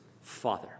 father